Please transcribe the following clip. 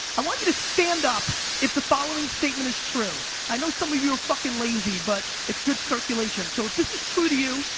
i want you to stand up if the following statement is true. i know some of you are fucking lazy, but it's good circulation, so if this is true to you,